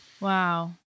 Wow